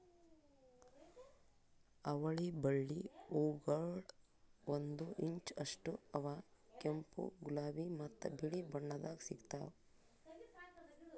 ಅವಳಿ ಬಳ್ಳಿ ಹೂಗೊಳ್ ಒಂದು ಇಂಚ್ ಅಷ್ಟು ಅವಾ ಕೆಂಪು, ಗುಲಾಬಿ ಮತ್ತ ಬಿಳಿ ಬಣ್ಣದಾಗ್ ಸಿಗ್ತಾವ್